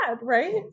right